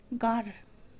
घर